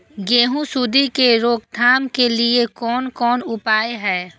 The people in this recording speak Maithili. गेहूँ सुंडी के रोकथाम के लिये कोन कोन उपाय हय?